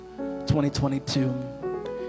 2022